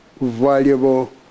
valuable